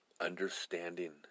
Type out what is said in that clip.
understanding